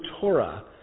Torah